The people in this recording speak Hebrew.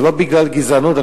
זה לא בגלל גזענות.